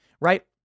Right